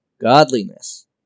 godliness